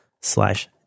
slash